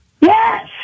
Yes